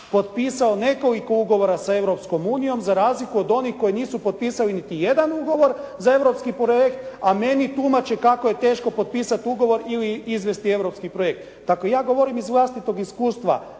potpisao nekoliko ugovora sa Europskom unijom za razliku od onih koji nisu potpisali niti jedan ugovor za europski projekt, a meni tumače kako je teško potpisati ugovor ili izvesti europski projekt. Dakle, ja govorim iz vlastitog iskustva.